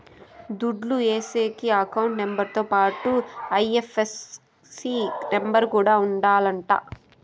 దుడ్లు ఏసేకి account number తో పాటుగా ఐ.ఎఫ్.ఎస్.సి నెంబర్ కూడా ఉండాలంట